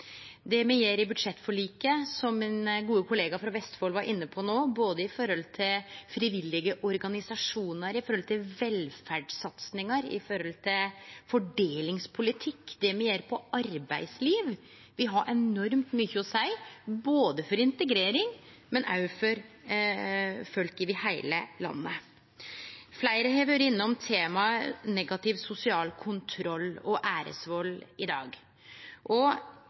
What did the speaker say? Det me gjer i budsjettforliket, som min gode kollega frå Vestfold var inne på no – når det gjeld både frivillige organisasjonar, velferdssatsingar, fordelingspolitikk og det me gjer på arbeidsliv – vil ha enormt mykje å seie både for integrering og for folk over heile landet. Fleire har vore innom temaet negativ sosial kontroll og æresvald i dag.